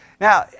Now